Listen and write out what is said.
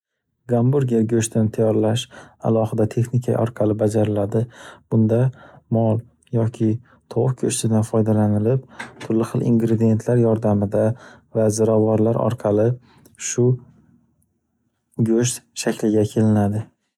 Gamburger go'shtini tayyorlash alohida texnika orqali bajariladi. Bunda mol yoki tovuq go'shtidan foydalanilib, turli xil ingredientlar yordamida va zirovorlar orqali shu go'sht shakliga kelinadi.